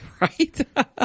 Right